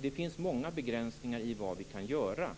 Det finns många begränsningar i vad vi kan göra